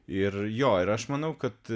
ir jo ir aš manau kad